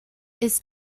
ist